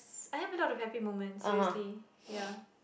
I have a lot of happy moments seriously ya